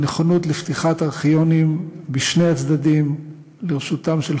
על נכונות לפתיחת ארכיונים בשני הצדדים לרשותם של